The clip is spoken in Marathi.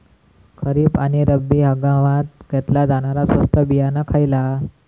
खरीप आणि रब्बी हंगामात घेतला जाणारा स्वस्त बियाणा खयला?